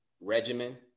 regimen